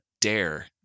dare